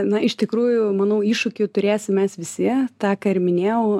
na iš tikrųjų manau iššūkių turėsim mes visi tą ką ir minėjau